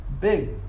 big